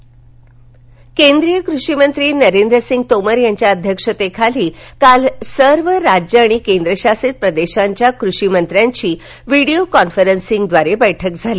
कृषीमंत्री बैठक केंद्रीय कृषीमंत्री नरेंद्रसिंग तोमर यांच्या अध्यक्षतेखाली काल सर्व राज्यं आणि केंद्रशासित प्रदेशांच्या कृषीमंत्र्यांची व्हिडिओ कॉन्फरन्सिंगद्वारे बैठक झाली